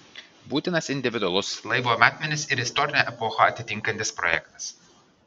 būtinas individualus laivo matmenis ir istorinę epochą atitinkantis projektas